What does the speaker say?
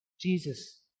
Jesus